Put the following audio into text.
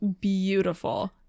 beautiful